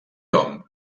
hom